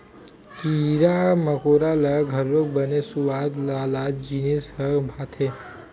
कीरा मकोरा ल घलोक बने सुवाद वाला जिनिस ह भाथे